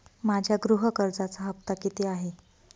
माझ्या गृह कर्जाचा हफ्ता किती आहे?